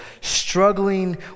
struggling